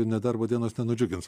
nedarbo dienos nenudžiugins